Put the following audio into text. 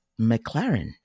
McLaren